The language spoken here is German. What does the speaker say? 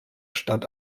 stadt